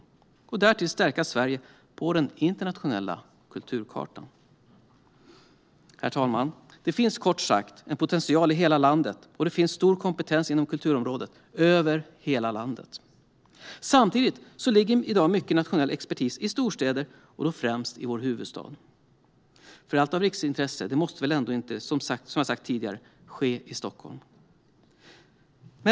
Därtill skulle det stärka Sverige på den internationella kulturkartan. Herr talman! Det finns kort sagt en potential i hela landet, och det finns stor kompetens inom kulturområdet över hela landet. Samtidigt ligger i dag mycket nationell expertis i storstäder och då främst i vår huvudstad. Allt av riksintresse måste väl inte, som jag tidigare sa, ske i Stockholm?